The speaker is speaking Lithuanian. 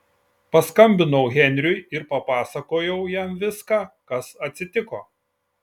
paskambinau henriui ir papasakojau jam viską kas atsitiko